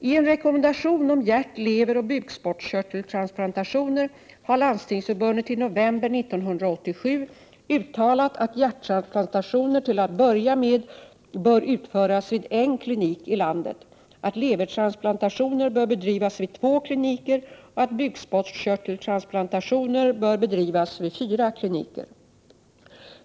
I en rekommendation om hjärt-, leveroch bukspottkörteltransplantationer har Landstingsförbundet i november 1987 uttalat att hjärttransplantationer till att börja med bör utföras vid en klinik i landet, att levertransplantationer bör göras vid två kliniker och att bukspottkörteltransplantationer bör utföras vid fyra kliniker.